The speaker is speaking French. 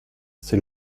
ses